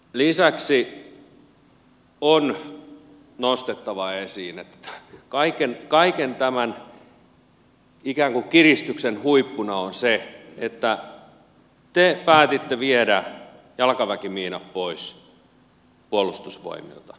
lisäksi on nostettava esiin että kaiken tämän ikään kuin kiristyksen huippuna on se että te päätitte viedä jalkaväkimiinat pois puolustusvoimilta